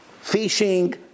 fishing